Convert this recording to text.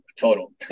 total